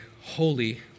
holy